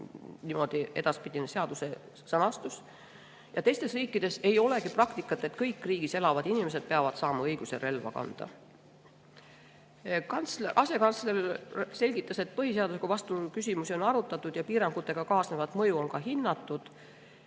tuleb edaspidine seaduse sõnastus. Ja ka teistes riikides ei ole praktikat, et kõik riigis elavad inimesed peavad saama relva kanda. Asekantsler selgitas, et põhiseadusega vastuolu küsimusi on arutatud ja piirangutega kaasnevat mõju on ka hinnatud.